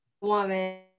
woman